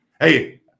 Hey